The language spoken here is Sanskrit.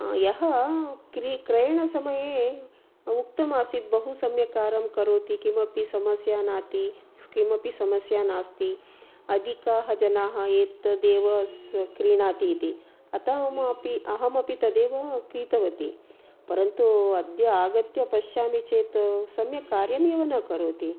यः क्रि क्रयणसमये उक्तमासीत् बहु सम्यक् कार्यं करोति किमपि समस्या किमपि समस्या नास्ति अधिकाः जनाः एतदेव क्रीणति इति अतः ममापि अहमपि तदेव क्रीतवती परन्तु अद्य आगत्य पश्यामि चेत् सम्यक् कार्यमेव न करोति